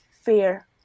fear